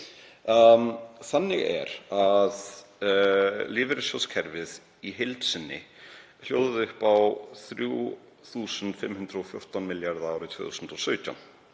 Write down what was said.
Þannig er að lífeyrissjóðakerfið í heild sinni hljóðaði upp á 3.514 milljarða árið 2017.